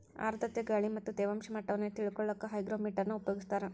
ಆರ್ಧ್ರತೆ ಗಾಳಿ ಮತ್ತ ತೇವಾಂಶ ಮಟ್ಟವನ್ನ ತಿಳಿಕೊಳ್ಳಕ್ಕ ಹೈಗ್ರೋಮೇಟರ್ ನ ಉಪಯೋಗಿಸ್ತಾರ